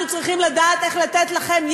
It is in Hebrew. אנחנו צריכים לדעת איך לתת לכם,